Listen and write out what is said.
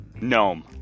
Gnome